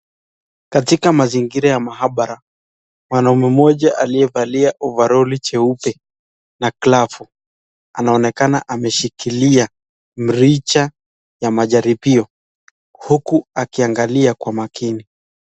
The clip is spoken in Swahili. Katika mazingira ya mahabara, mwanaume mmoja aliyevalia ovaroli jeupe na glavu, anaonekana ameshikilia mrija ya majaribio huku akiangalia kwa makini.